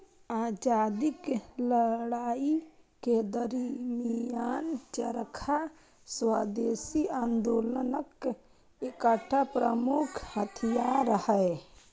आजादीक लड़ाइ के दरमियान चरखा स्वदेशी आंदोलनक एकटा प्रमुख हथियार रहै